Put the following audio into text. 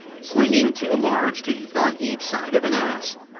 slinging two large teeth on each side of an ass.